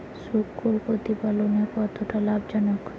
শূকর প্রতিপালনের কতটা লাভজনক?